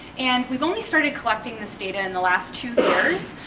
and we've only started collecting this data in the last two years.